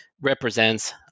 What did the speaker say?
represents